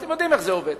אתם יודעים איך זה עובד.